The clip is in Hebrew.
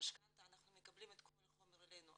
למשכנתא אנחנו מקבלים את כל החומר אלינו.